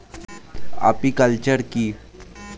Apiculture কি?